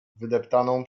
wydeptaną